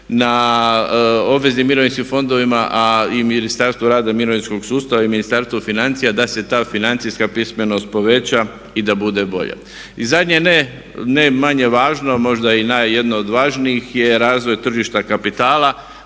na obveznim mirovinskim fondovima, a i Ministarstvu rada, mirovinskog sustava i Ministarstvu financija da se ta financijska pismenost poveća i da bude bolja. I zadnje ne manje važno, a možda i jedno od važnijih je razvoj tržišta kapitala.